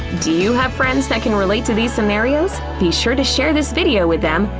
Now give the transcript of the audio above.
do you have friends that can relate to these scenarios? be sure to share this video with them!